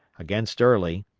against early,